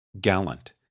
Gallant